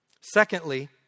Secondly